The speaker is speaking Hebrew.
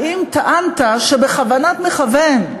האם טענת שבכוונת מכוון,